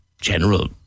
general